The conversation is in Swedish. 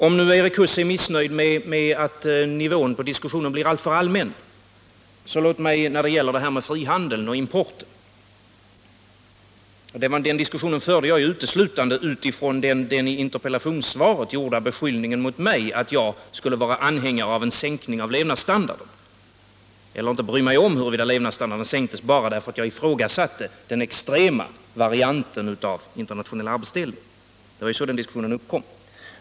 115 Erik Huss är missnöjd med att diskussionen blev alltför allmän när det gäller frihandeln och importen, men den diskussionen förde jag uteslutande med anledning av den i interpellationssvaret gjorda beskyllningen mot mig att jag skulle vara anhängare av en sänkning av levnadsstandarden eller att jag inte skulle bry mig om ifall levnadsstandarden sänktes — bara därför att jag ifrågasatte den extrema varianten av internationell arbetsfördelning. Det var ju så den diskussionen uppstod.